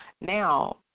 Now